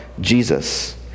Jesus